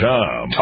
Tom